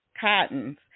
cottons